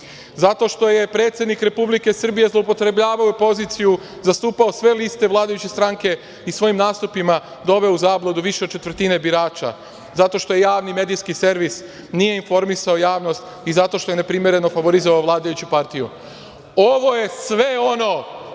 dela. Zato što je predsednik Republike Srbije zloupotrebljavao poziciju, zastupao sve liste vladajuće stranke i svojim nastupima doveo u zabludu više od četvrtine birača. Zato što je javni medijski servis nije informisao javnost i zato što je neprimereno favorizovao vladajuću partiju. Ovo je sve ono